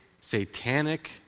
satanic